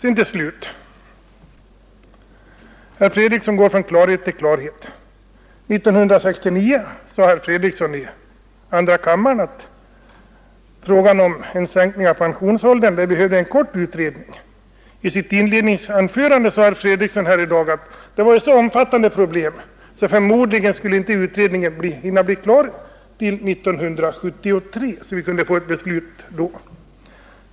Herr Fredriksson går från klarhet till klarhet. 1969 sade herr Fredriksson i andra kammaren att frågan om en sänkning av pensionsåldern behövde en kort utredning. I sitt inledningsanförande här i dag sade herr Fredriksson att det var ett så omfattande problem, att förmodligen skulle inte utredningen hinna bli klar till 1973, så att vi kunde fatta ett beslut då.